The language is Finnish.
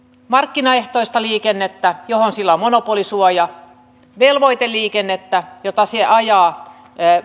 markkinaehtoista liikennettä johon sillä on monopolisuoja velvoiteliikennettä jota se ajaa